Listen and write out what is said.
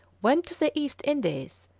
went to the east indies,